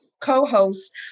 co-host